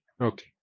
okay